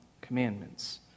commandments